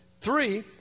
Three